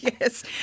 Yes